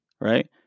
right